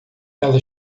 ela